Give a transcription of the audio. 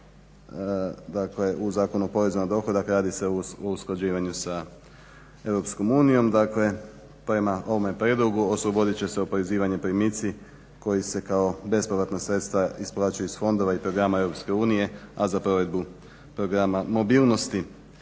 zakona u Zakonu o porezu na dohodak radi se o usklađivanju s EU dakle prema ovome prijedlogu oslobodit će oporezivani primici koji se kao bespovratna sredstva isplaćuju iz fondova i programa EU, a za provedbu programa mobilnosti.